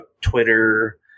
Twitter